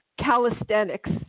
Calisthenics